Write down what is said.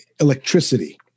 electricity